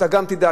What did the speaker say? שאתה גם תדע,